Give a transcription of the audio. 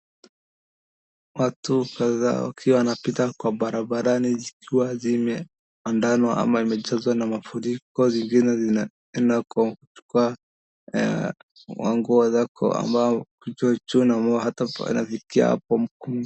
Watu kadhaa wakiwa wanapita kwa barabarani zikiwa zimeandamwa ama zimejazwa na mafuriko zingine zinaenda kwa nguo zako ambazo kijuujuu hata inafikia hapo.